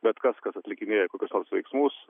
bet kas kas atlikinėja kokius nors veiksmus